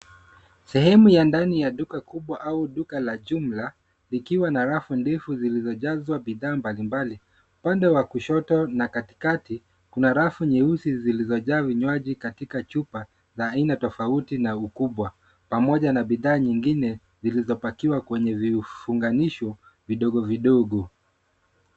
Sehemu ya ndani ya duka kubwa au duka la jumla likiwa na rafu ndefu zilizo jazwa bidhaa mbali mbali upande wa kushoto na katikati kuna rafu nyeusi zilizo jaa vinywaji katika chupa za aina tofauti na ukubwa pamoja na bidhaa nyingine zilizopakiwa kwenye vifunganisho vidogo vidogo.